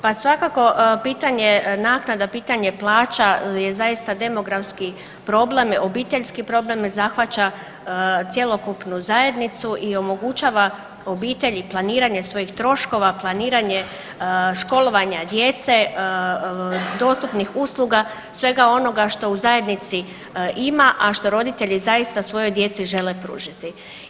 Pa svakako pitanje naknada i pitanje plaća je zaista demografski problem i obiteljski problem jer zahvaća cjelokupnu zajednicu i omogućava obitelji planiranje svojih troškova, planiranje školovanja djece, dostupnih usluga, svega onoga što u zajednici ima, a što roditelji zaista svojoj djeci žele pružiti.